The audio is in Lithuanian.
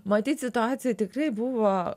matyt situacija tikrai buvo